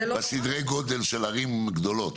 בסדרי הגודל של ערים גדולות,